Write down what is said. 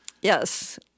yes